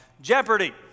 Jeopardy